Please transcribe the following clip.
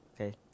Okay